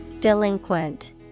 Delinquent